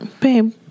Babe